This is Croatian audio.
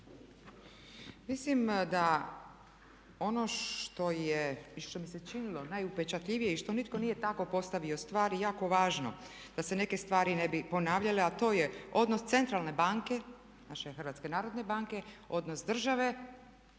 Mislim da ono što je i što mi se činilo najupečatljivije i što nitko nije tako postavio stvari jako važno da se neke stvari ne bi ponavljale a to je odnos centralne banke, naše Hrvatske narodne banke, odnos države